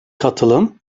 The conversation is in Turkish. katılım